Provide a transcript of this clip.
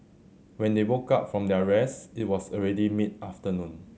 when they woke up from their rest it was already mid afternoon